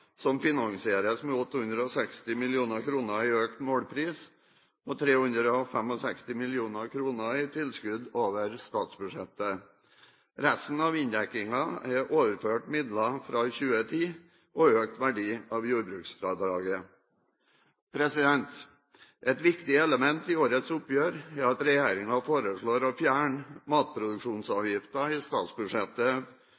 som finansieres med 860 mill. kr i økt målpris og 365 mill. kr i tilskudd over statsbudsjettet. Resten av inndekningen er overførte midler fra 2010 og økt verdi av jordbruksfradraget. Et viktig element i årets oppgjør er at regjeringen foreslår å fjerne